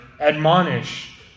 admonish